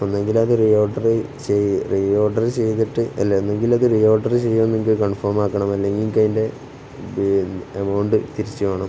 ഒന്നെങ്കിലത് reorder ചെയ് reorder ചെയ്തിട്ട് അല്ലെങ്കിലത് റീഓഡർ ചെയ്യുമോ എന്ന് എനിക്ക് കൺഫേമ് ആക്കണം അല്ലെങ്കിൽ എനിക്കതിൻ്റെ എമൗണ്ട് തിരിച്ച് വേണം